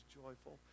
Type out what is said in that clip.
joyful